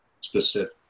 specific